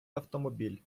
автомобіль